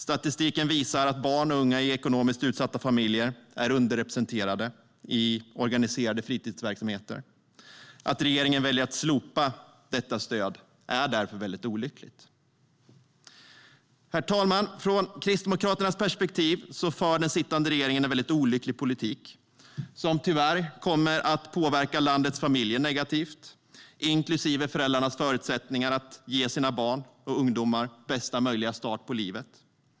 Statistiken visar att barn och unga i ekonomiskt utsatta familjer är underrepresenterade i organiserade fritidsverksamheter. Att regeringen väljer att slopa detta stöd är därför mycket olyckligt. Herr talman! Från Kristdemokraternas perspektiv för den sittande regeringen en mycket olycklig politik som tyvärr kommer att påverka landets familjer negativt, inklusive föräldrarnas förutsättningar att ge sina barn och ungdomar bästa möjliga start i livet.